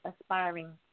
aspiring